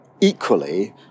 Equally